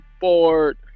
board